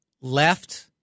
left